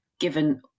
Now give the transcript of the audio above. given